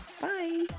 Bye